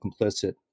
complicit